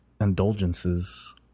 indulgences